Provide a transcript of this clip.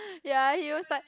ya he was like